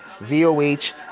VOH